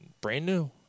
brand-new